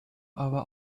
aber